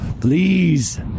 Please